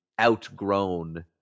outgrown